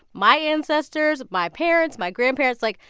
my ancestors, my parents, my grandparents, like,